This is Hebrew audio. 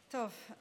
טוב.